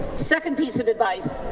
second piece of advice.